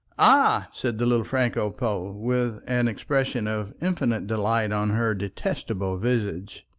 ah, said the little franco-pole, with an expression of infinite delight on her detestable visage,